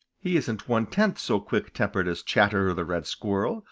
he isn't one tenth so quick tempered as chatterer the red squirrel,